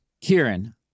Kieran